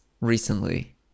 recently